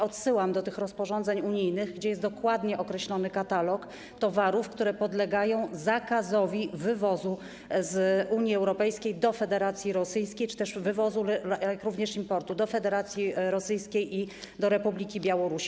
Odsyłam do tych rozporządzeń unijnych, w których jest dokładnie określony katalog towarów, które podlegają zakazowi wywozu z Unii Europejskiej do Federacji Rosyjskiej, jak również importu do Federacji Rosyjskiej i do Republiki Białorusi.